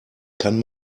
kann